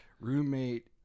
roommate